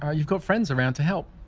ah you've got friends around to help